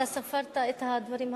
אתה ספרת את הדברים האלה?